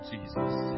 Jesus